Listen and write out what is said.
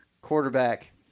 Quarterback